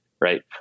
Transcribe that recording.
Right